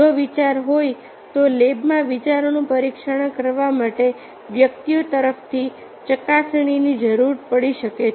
જો વિચાર હોય તો લેબમાં વિચારોનું પરીક્ષણ કરવા માટે વ્યક્તિઓ તરફથી ચકાસણીની જરૂર પડી શકે છે